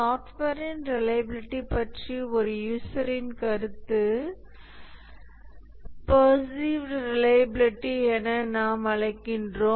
சாஃப்ட்வேரின் ரிலையபிலிட்டி பற்றி ஒரு யூசரின் கருத்து பர்சீவ்ட் ரிலையபிலிட்டி என நாம் அழைக்கிறோம்